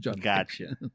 Gotcha